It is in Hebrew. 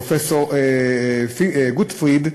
פרופסור חנוך גוטפרוינד,